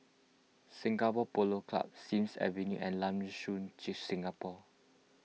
Singapore Polo Club Sims Avenue and Lam Soon Singapore